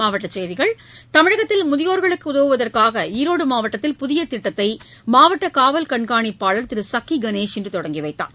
மாவட்டக் செய்திகள் தமிழகத்தில் முதியோர்களுக்கு உதவுவதற்காக ஈரோடு மாவட்டத்தில் புதிய திட்டத்தை மாவட்ட காவல்கண்காணிப்பாளர் திரு சக்கி கணேஷ் இன்று தொடங்கிவைத்தார்